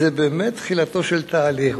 זו באמת תחילתו של תהליך.